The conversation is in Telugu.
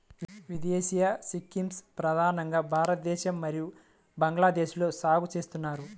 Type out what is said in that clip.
దేశీయ చిక్పీస్ ప్రధానంగా భారతదేశం మరియు బంగ్లాదేశ్లో సాగు చేస్తారు